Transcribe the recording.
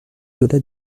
delà